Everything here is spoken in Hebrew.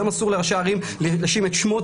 היום אסור לראשי ערים לשים את שמו,